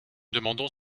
demandons